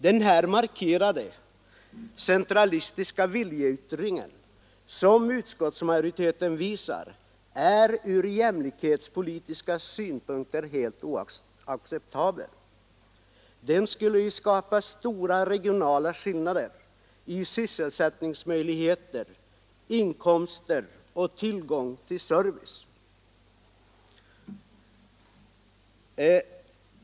Denna utskottsmajoritetens markerade centralistiska viljeyttring är ur jämlikhetspolitiska synpunkter helt oacceptabel. Den skulle skapa stora regionala skillnader när det gäller sysselsättningsmöjligheter, inkomster och tillgång till service.